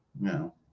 No